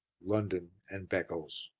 london and beccles.